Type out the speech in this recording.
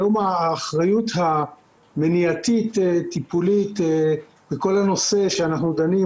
היום האחריות המניעתית טיפולית בכל הנושא שאנחנו דנים,